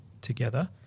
together